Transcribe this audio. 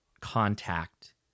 contact